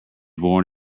born